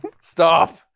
stop